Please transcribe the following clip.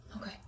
Okay